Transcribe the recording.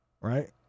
right